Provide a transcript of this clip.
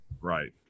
right